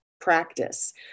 practice